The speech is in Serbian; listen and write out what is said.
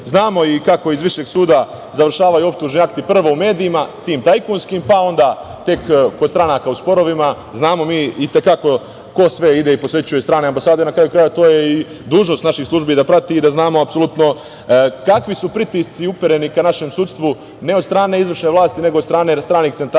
ocene. Znamo kako iz višeg suda završavaju optužni akti, prvo u medijima, tim tajkunskim, pa, onda tek kod stranaka u sporovima, znamo mi i te kako ko sve ide i posećuje strane ambasade. Na kraju krajeva, to je i dužnost naših službi da prati i da znamo apsolutno kakvi su pritisci upereni ka našem sudstvu, ne od strane izvršne vlasti, nego od stranih centara